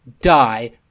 die